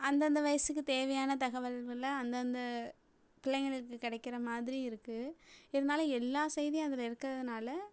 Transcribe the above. அந்தந்த வயசுக்குத் தேவையான தகவல் ஃபுல்லா அந்தந்த பிள்ளைங்களுக்கு கிடைக்கற மாதிரி இருக்குது இருந்தாலும் எல்லா செய்தியும் அதில் இருக்கிறதுனால